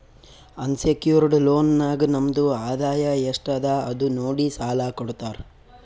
unsecured loan ನಾಗ್ ನಮ್ದು ಆದಾಯ ಎಸ್ಟ್ ಅದ ಅದು ನೋಡಿ ಸಾಲಾ ಕೊಡ್ತಾರ್